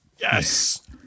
Yes